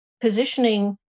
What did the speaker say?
positioning